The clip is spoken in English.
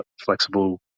flexible